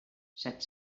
set